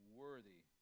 worthy